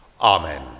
Amen